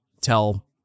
tell